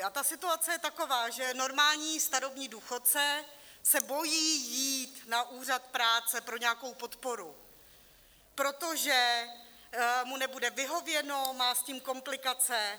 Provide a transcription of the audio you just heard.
A ta situace je taková, že normální starobní důchodce se bojí jít na úřad práce pro nějakou podporu, protože mu nebude vyhověno, má s tím komplikace atd.